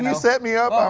and set me up. um